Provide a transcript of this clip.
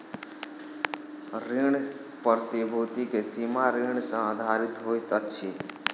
ऋण प्रतिभूति के सीमा ऋण सॅ आधारित होइत अछि